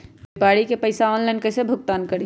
व्यापारी के पैसा ऑनलाइन कईसे भुगतान करी?